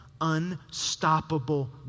unstoppable